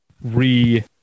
re